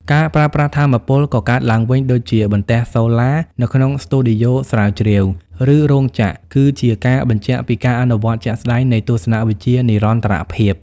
ការប្រើប្រាស់ថាមពលកកើតឡើងវិញដូចជា បន្ទះសូឡា នៅក្នុងស្ទូឌីយ៉ូស្រាវជ្រាវ ឬរោងចក្រ គឺជាការបញ្ជាក់ពីការអនុវត្តជាក់ស្ដែងនៃទស្សនវិជ្ជានិរន្តរភាព។